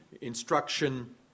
instruction